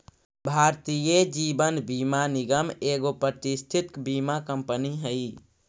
भारतीय जीवन बीमा निगम एगो प्रतिष्ठित बीमा कंपनी हई